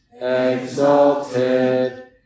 exalted